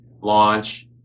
launch